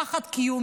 פחדנו.